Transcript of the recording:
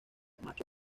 macho